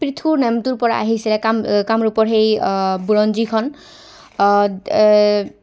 পৃথুৰ নামটোৰপৰা আহিছিলে কাম কামৰূপৰ সেই বুৰঞ্জীখন